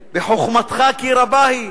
בחוכמתך כי רבה היא,